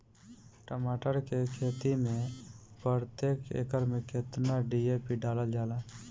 टमाटर के खेती मे प्रतेक एकड़ में केतना डी.ए.पी डालल जाला?